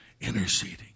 interceding